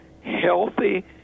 healthy